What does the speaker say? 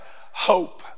hope